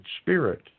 spirit